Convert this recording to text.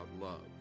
love